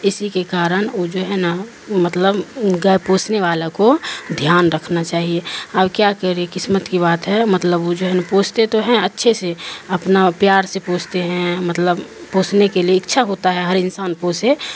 اسی کے کارن وہ جو ہے نا مطلب گائے پوسنے والا کو دھیان رکھنا چاہیے اب کیا کر رہے قسمت کی بات ہے مطلب وہ جو ہے نا پوستے تو ہیں اچھے سے اپنا پیار سے پوستے ہیں مطلب پوسنے کے لیے اچھا ہوتا ہے ہر انسان پوسے